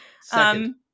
Second